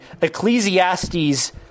Ecclesiastes